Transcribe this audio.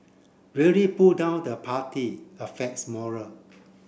really pull down the party affects morale